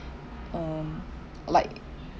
um like